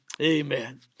amen